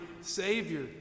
Savior